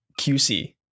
qc